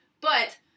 But-